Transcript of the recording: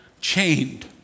chained